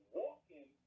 walking